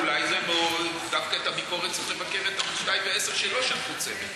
אין נסיעה לא חשובה לוושינגטון.